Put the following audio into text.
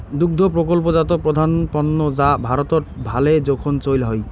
দুগ্ধ প্রকল্পজাত প্রধান পণ্য যা ভারতত ভালে জোখন চইল হই